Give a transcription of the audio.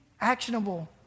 actionable